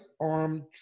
armed